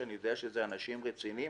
שאלה אנשים רציניים